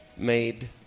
made